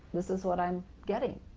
this is what i'm getting,